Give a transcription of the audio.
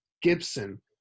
Gibson